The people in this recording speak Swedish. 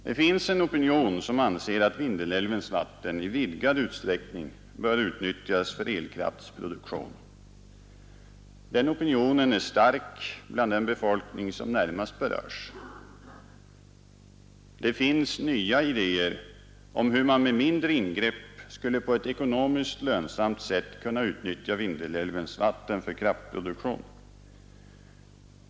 Det finns en opinion som anser att Vindelälvens vatten i vidgad utsträckning bör utnyttjas för elkraftsproduktion. Den opinionen är stark bland den befolkning som närmast berörs. Det finns nya idéer om hur man med mindre ingrepp på ett ekonomiskt lönsamt sätt skulle kunna utnyttja Vindelälvens vatten för kraftproduktion.